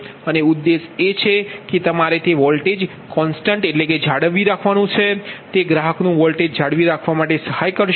અને ઉદ્દેશ એ છે કે તમારે તે વોલ્ટેજ જાળવવું પડશે તે ગ્રાહકનું વોલ્ટેજ જાળવી રાખવામાં સહાય કરો